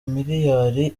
miliyari